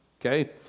Okay